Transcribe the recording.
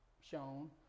shown